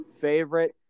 favorite